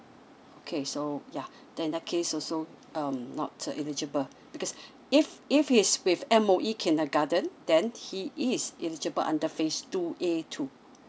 okay so yeah then in that case also um not eligible because if if he is with M_O_E kindergarten then he is eligible under phase two A too